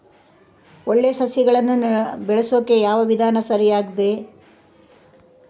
ಒಳ್ಳೆ ಸಸಿಗಳನ್ನು ಬೆಳೆಸೊಕೆ ಯಾವ ವಿಧಾನ ಸರಿಯಾಗಿದ್ದು?